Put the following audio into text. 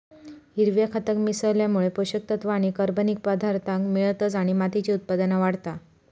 हिरव्या खताक मिसळल्यामुळे पोषक तत्त्व आणि कर्बनिक पदार्थांक मिळतत आणि मातीची उत्पादनता वाढता